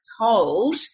told